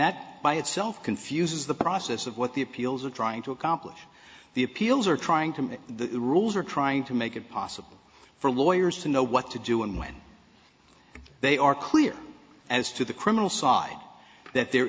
that by itself confuses the process of what the appeals are trying to accomplish the appeals are trying to make the rules are trying to make it possible for lawyers to know what to do and when they are clear as to the criminal side that there